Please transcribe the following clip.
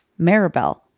Maribel